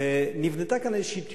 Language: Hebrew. שנבנתה כאן איזושהי תיאוריה.